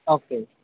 okay